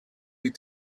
die